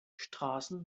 straßen